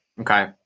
Okay